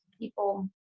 people